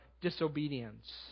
disobedience